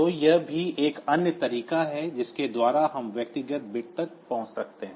तो यह भी एक अन्य तरीका है जिसके द्वारा हम व्यक्तिगत बिट्स तक पहुंच सकते हैं